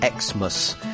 xmas